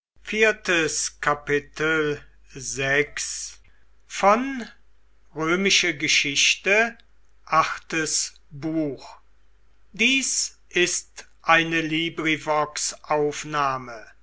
sind ist eine